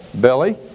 Billy